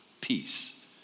peace